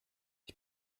ich